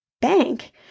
bank